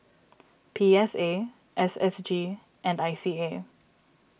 P S A S S G and I C A